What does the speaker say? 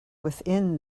within